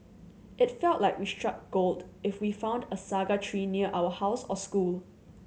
it felt like we struck gold if we found a saga tree near our house or school